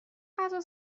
غذا